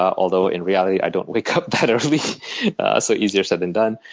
although in reality, i don't wake up that early so easier said than done.